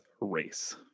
race